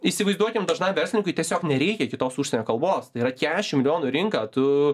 įsivaizduokim dažnam verslininkui tiesiog nereikia kitos užsienio kalbos tai yra kiašim milijonų rinka o tu